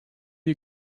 you